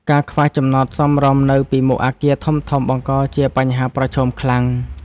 ការខ្វះចំណតសមរម្យនៅពីមុខអគារធំៗ បង្កជាបញ្ហាប្រឈមខ្លាំង។